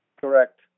Correct